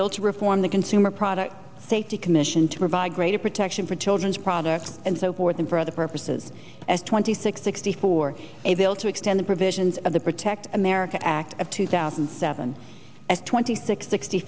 to reform the consumer product safety commission to provide greater protection for children's products and so forth than for other purposes as twenty six sixty four a bill to extend the provisions of the protect america act of two thousand and seven at twenty six sixty